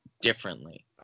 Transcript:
differently